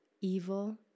evil